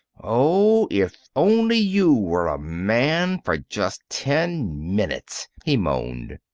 oh, if only you were a man for just ten minutes! he moaned.